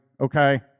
okay